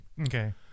Okay